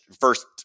first